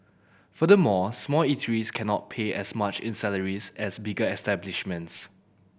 furthermore small eateries cannot pay as much in salaries as bigger establishments